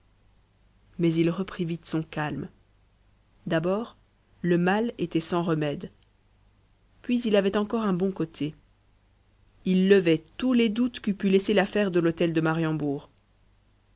mais il reprit vite son calme d'abord le mal était sans remède puis il avait encore un bon côté il levait tous les doutes qu'eût pu laisser l'affaire de l'hôtel de mariembourg